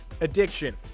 addiction